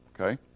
Okay